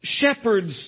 Shepherds